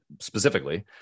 Specifically